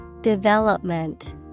Development